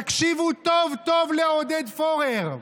תקשיבו טוב-טוב לעודד פורר: